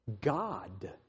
God